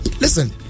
listen